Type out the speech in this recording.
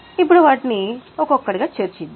ఇప్పుడు వాటిని ఒక్కొక్కటిగా చర్చిద్దాం